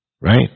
Right